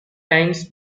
times